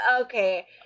Okay